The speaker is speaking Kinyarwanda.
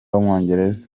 w’umwongereza